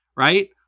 Right